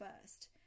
first